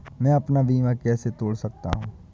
मैं अपना बीमा कैसे तोड़ सकता हूँ?